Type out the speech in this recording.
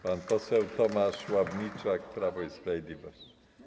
Pan poseł Tomasz Ławniczak, Prawo i Sprawiedliwość.